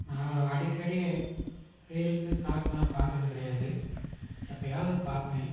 நான் அடிக்கடி ரீல்ஸ்ஸு ஷாட்ஸ்ஸுலாம் பார்க்குறது கிடையாது எப்போயாவது பார்ப்பேன்